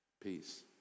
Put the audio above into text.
Peace